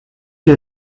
que